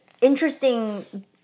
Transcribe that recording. interesting